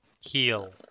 heal